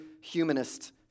humanist